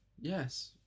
Yes